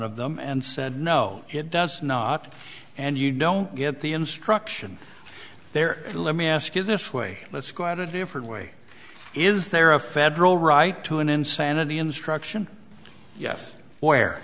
of them and said no it does not and you don't get the instruction there let me ask you this way let's go out a different way is there a federal right to an insanity instruction yes where